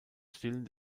stillen